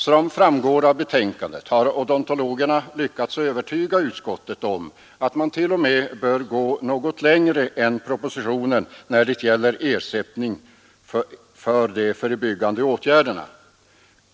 Som framgår av betänkandet har odontologerna lyckats övertyga utskottet om att man t.o.m. bör gå något längre än vad som föreslås i propositionen när det gäller ersättningen för de förebyggande åtgärderna.